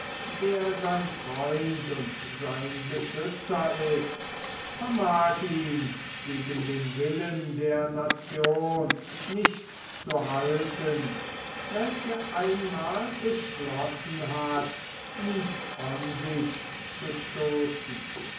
der sein freund und sein beschützer ist vermag ihn gegen den willen der nation nicht zu halten welche einmal beschlossen hat ihn von sich zu stoßen